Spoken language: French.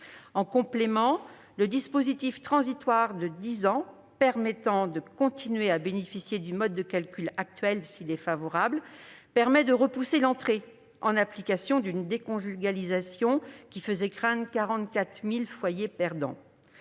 En complément, le dispositif transitoire de dix ans permettant de continuer à bénéficier du mode de calcul actuel, s'il est favorable, a pour effet de repousser l'entrée en application d'une déconjugalisation qui faisait craindre 44 000 foyers perdants.